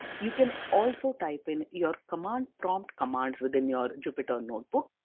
you can also type in your command prompt commands within your jupyter notebook.